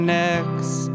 next